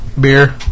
beer